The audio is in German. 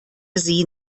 sie